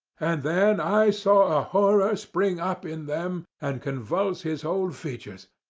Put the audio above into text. and then i saw a horror spring up in them, and convulse his whole features,